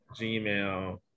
Gmail